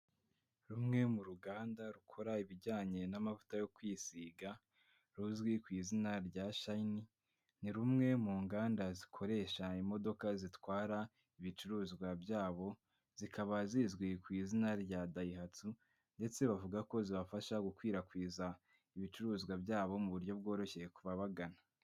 Rumwe mu ruganda rukora ibijyanye n'amavuta yo kwisiga ruzwi ku izina rya Shine, ni rumwe mu nganda zikoresha imodoka zitwara ibicuruzwa byabo, zikaba zizwi ku izina rya Daihatsu ndetse bavuga ko zibafasha gukwirakwiza ibicuruzwa byabo mu buryo bworoshye kubabagana.